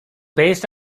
based